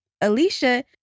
Alicia